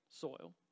soil